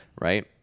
right